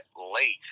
late